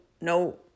no